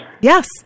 Yes